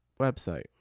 Website